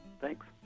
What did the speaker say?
Thanks